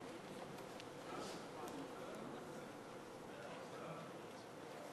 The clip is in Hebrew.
74) (ייצוג הולם לנשים בוועדה לבחירת שופטים),